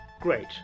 Great